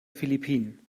philippinen